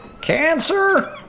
Cancer